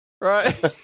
right